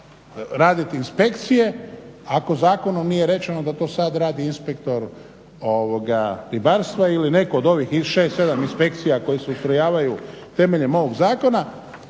raditi inspekcije ako zakonom nije rečeno da to sad radi inspektor ribarstva ili netko od ovih 6, 7 inspekcija koje se ustrojavaju temeljem ovog zakona.